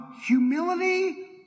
humility